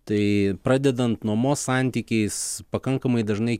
tai pradedant nuomos santykiais pakankamai dažnai